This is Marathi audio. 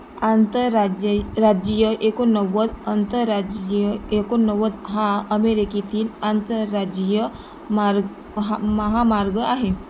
आंतरराज्य राज्य एकोणनव्वद आंतरराज्यीय एकोणनव्वद हा अमेरिकेतील आंतरराज्यीय मार्ग महा महामार्ग आहे